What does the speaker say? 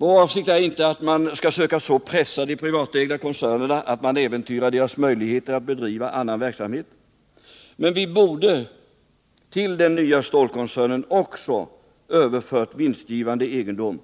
Vår avsikt är inte att så söka pressa de privatägda koncernerna att deras möjligheter att bedriva annan verksamhet äventyras. Men vi borde till den nya stålkoncernen också ha överfört vinstgivande egendom.